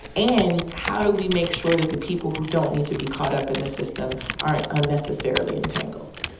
and how do we make sure that the people who don't need to be caught up in the system aren't unnecessarily entangled.